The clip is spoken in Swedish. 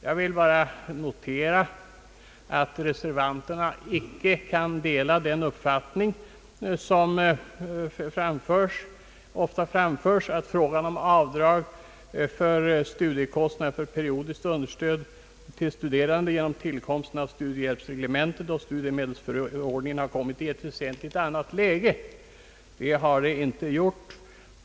Jag vill bara notera, att reservanterna icke kan dela den uppfattning som ofta framföres, att frågan om avdrag för studiekostnader i form av periodiskt understöd till studerande skulle genom tillkomsten av studiehjälpsreglementet och studiemedelsförordningen ha kommit i ett väsentligt annat läge. Det har den nämligen inte gjort.